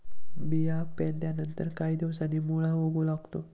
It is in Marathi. बिया पेरल्यानंतर काही दिवसांनी मुळा उगवू लागतो